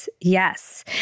Yes